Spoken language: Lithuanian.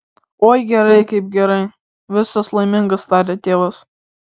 oi gerai kaip gerai visas laimingas taria tėvas